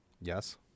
Yes